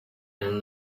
and